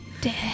Dead